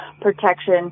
protection